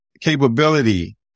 capability